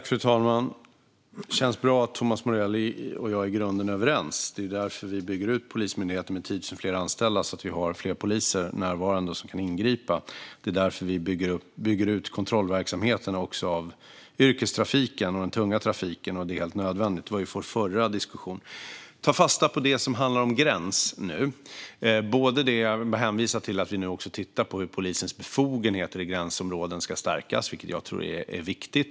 Fru talman! Det känns bra att Thomas Morell och jag i grunden är överens. Vi bygger ut Polismyndigheten med 10 000 fler anställda så att vi har fler poliser närvarande som kan ingripa. Vi bygger också ut kontrollverksamheten i yrkestrafiken och den tunga trafiken, vilket är helt nödvändigt som vi sa i vår förra diskussion. Vi ska ta fasta på det som handlar om gräns nu. Vi tittar nu på hur polisens befogenheter vid gränsområden ska stärkas, vilket jag tror är viktigt.